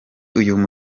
uyu